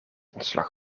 ontslag